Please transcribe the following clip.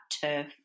Turf